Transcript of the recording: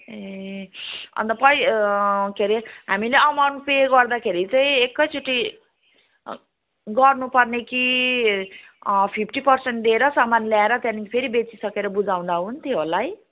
ए अनि त पै के रे हामीले अमाउन्ट पे गर्दाखेरि चाहिँ एकैचोटि गर्नुपर्ने कि फिफ्टी पर्सेन्ट दिएर सामान ल्याएर त्यहाँदेखिन् फेरि बेचिसकेर बुझाउँदा हुन्थ्यो होला है